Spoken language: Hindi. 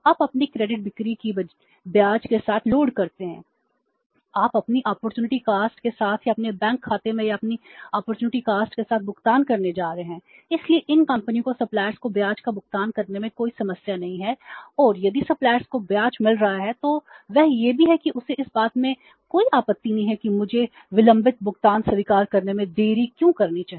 आप अपने अपॉर्चुनिटी कॉस्ट को ब्याज मिल रहा है तो वह यह भी है कि उसे इस बात से भी कोई आपत्ति नहीं है कि मुझे विलंबित भुगतान स्वीकार करने में देरी क्यों करनी चाहिए